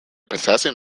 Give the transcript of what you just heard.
potassium